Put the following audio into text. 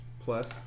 Plus